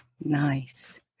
Nice